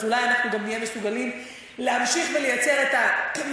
אולי אנחנו גם נהיה מסוגלים להמשיך ולייצר את מה